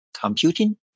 computing